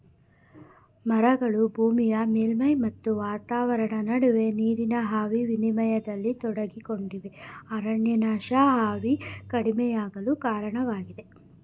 ಮರಗಳು ಭೂಮಿಯ ಮೇಲ್ಮೈ ಮತ್ತು ವಾತಾವರಣ ನಡುವೆ ನೀರಿನ ಆವಿ ವಿನಿಮಯದಲ್ಲಿ ತೊಡಗಿಕೊಂಡಿವೆ ಅರಣ್ಯನಾಶ ಆವಿ ಕಡಿಮೆಯಾಗಲು ಕಾರಣವಾಗಿದೆ